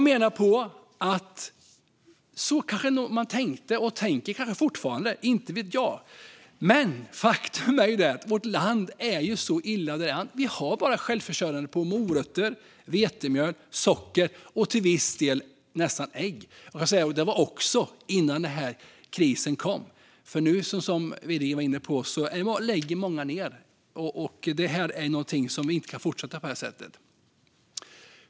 Så kanske man tänkte och tänker fortfarande - inte vet jag - men faktum är att vårt land är så illa däran att vi bara är självförsörjande på morötter, vetemjöl, socker och till viss del ägg. Och det var innan krisen kom, för som Widegren var inne på är det många nu som lägger ned. Vi kan inte fortsätta på det här sättet.